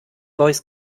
voice